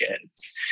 kids